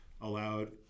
allowed